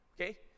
Okay